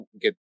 get